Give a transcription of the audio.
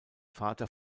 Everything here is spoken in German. vater